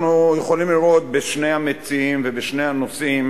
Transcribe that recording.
אנחנו יכולים לראות בשני המציעים ובשני הנושאים